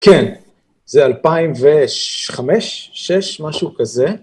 כן, זה 2005, 2006, משהו כזה.